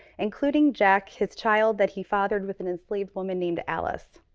including jack, his child that he fathered with an enslaved woman named alice.